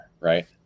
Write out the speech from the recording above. right